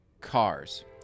cars